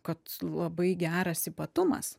kad labai geras ypatumas